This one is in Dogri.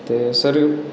ते सर